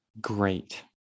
Great